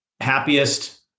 happiest